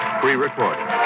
pre-recorded